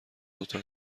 دوتا